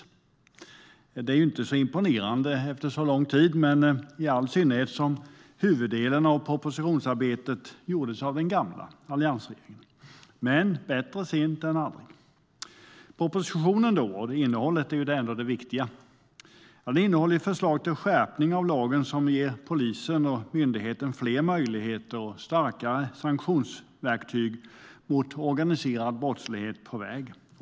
Men det är inte särskilt imponerande efter så lång tid, i synnerhet då huvuddelen av propositionsarbetet har gjorts av alliansregeringen. Men, bättre sent än aldrig. Propositionen innehåller - innehållet är ändå det viktiga - förslag till skärpning av lagen som ger polisen och myndigheten fler möjligheter och starkare sanktionsverktyg mot organiserad brottslighet på väg.